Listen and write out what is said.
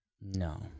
No